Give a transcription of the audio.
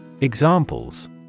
Examples